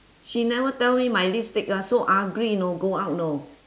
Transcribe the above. she never tell me my lipstick lah so ugly you know go out you know